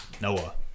Noah